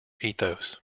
ethos